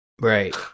Right